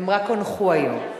הן רק הונחו היום.